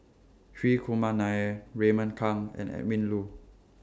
Hri Kumar Nair Raymond Kang and Edwin Koo